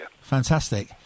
Fantastic